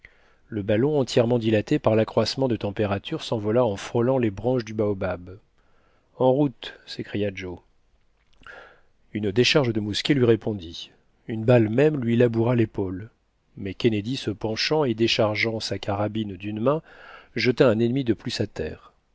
le ballon entièrement dilaté par l'accroissement de température s'envola en frôlant les branches du baobab en route cria joe une décharge de mousquets lui répondit une balle même lui laboura l'épaule mais kennedy se penchant et déchargeant sa carabine d'une main jeta un ennemi de plus à terre